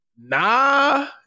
Nah